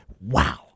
Wow